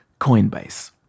Coinbase